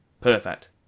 perfect